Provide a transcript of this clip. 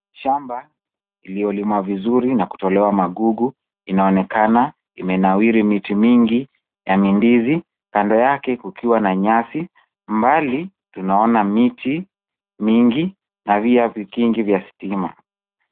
Shamba iliyolimwa vizuri na kutolewa magugu inaonekana imenawiri miti mingi ya ndizi. Kando yake kukiwa na nyasi. Mbali, tunaona miti mingi na pia vigingi vya stima.